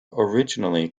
originally